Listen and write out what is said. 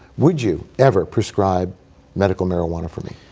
would you ever prescribe medical marijuana for me?